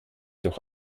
doch